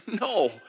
no